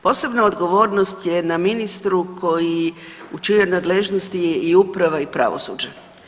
Posebna odgovornost je na ministru koji u čijoj nadležnosti je i uprava i pravosuđe.